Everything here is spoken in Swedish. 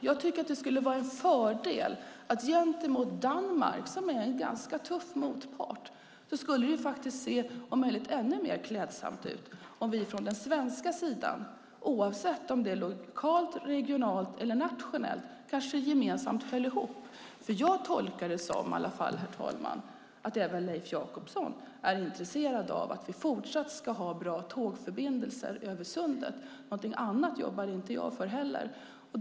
Jag tycker att det skulle vara en fördel och om möjligt ännu mer klädsamt gentemot Danmark, som är en ganska tuff motpart, om vi från den svenska sidan, oavsett om det är lokalt, regionalt eller nationellt, gemensamt höll ihop. Jag tolkar det i alla fall som att även Leif Jakobsson är intresserad av att vi fortsatt ska ha bra tågförbindelser över sundet. Någonting annat jobbar inte jag heller för.